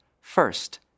First